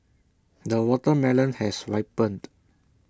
the watermelon has ripened